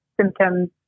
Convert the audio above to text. symptoms